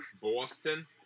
Boston